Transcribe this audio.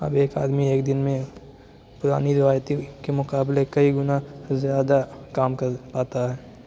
اب ایک آدمی ایک دِن میں پرانی روایتی کے مقابلے کئی گنّہ زیادہ کام کر پاتا ہے